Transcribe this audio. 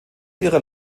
ihrer